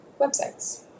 websites